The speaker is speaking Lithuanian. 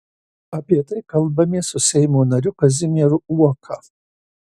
apie tai kalbamės su seimo nariu kazimieru uoka